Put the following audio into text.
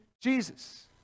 Jesus